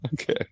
Okay